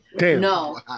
No